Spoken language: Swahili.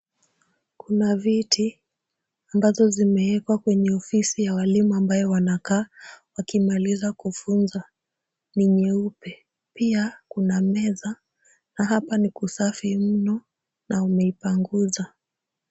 Kuna viti ambazo zimeekwa kwenye ofisi ya walimu ambayo wanakaa wakimaliza kufunza. Ni nyeupe pia. Kuna meza na hapa ni kusafi mno na wameipanguza.